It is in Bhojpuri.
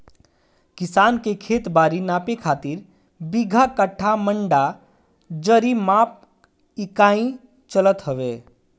किसान के खेत बारी नापे खातिर बीघा, कठ्ठा, मंडा, जरी माप इकाई चलत हवे